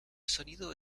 sonido